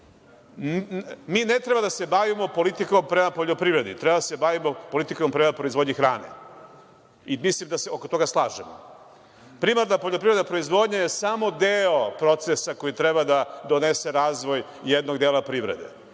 Mi ne treba da se bavimo politikom prema poljoprivredi, treba da se bavimo politikom prema proizvodnji hrane. Mislim da se oko toga slažemo. Primarna poljoprivredna proizvodnja je samo deo procesa koji treba da donese razvoj jednog dela privrede.